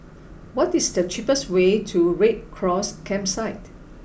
what is the cheapest way to Red Cross Campsite